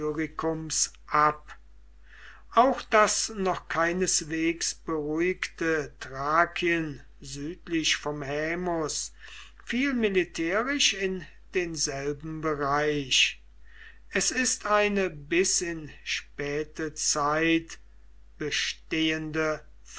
ab auch das noch keineswegs beruhigte thrakien südlich vom haemus fiel militärisch in denselben bereich es ist eine bis in späte zeit bestehende